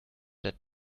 that